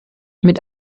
mit